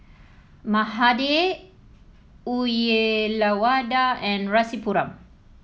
Mahade Uyyalawada and Rasipuram